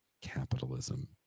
Capitalism